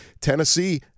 Tennessee